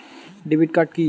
Debit card কি?